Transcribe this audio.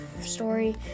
story